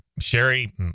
Sherry